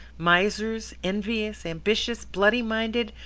misers, envious, ambitious, bloody-minded,